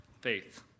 faith